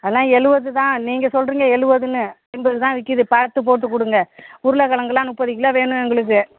அதெலாம் எழுவது தான் நீங்கள் சொல்கிறீங்க எழுவதுன்னு ஐம்பது தான் விற்கிது பார்த்து போட்டு கொடுங்க உருளைக்கெலங்குலாம் முப்பது கிலோ வேணும் எங்களுக்கு